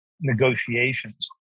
negotiations